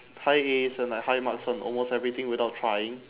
high As and like high marks on almost everything without trying